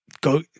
go